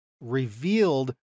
revealed